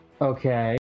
Okay